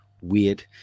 Weird